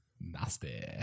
Nasty